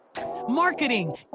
marketing